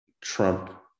Trump